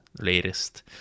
latest